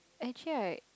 actually I